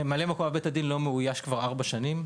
תפקיד ממלא מקום אב בית הדין לא מאויש כבר ארבע שנים: